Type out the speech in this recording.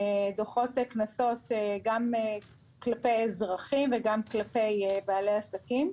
דוחות קנסות, גם כלפי אזרחים וגם כלפי בעלי עסקים.